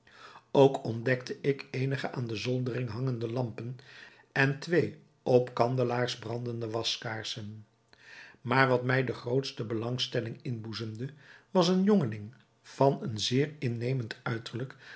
ook ontdekte ik eenige aan de zoldering hangende lampen en twee op kandelaars brandende waskaarsen maar wat mij de grootste belangstelling inboezemde was een jongeling van een zeer innemend uiterlijk